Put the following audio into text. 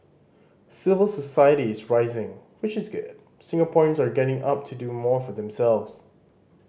civil society is rising which is good Singaporeans are getting up to do more for themselves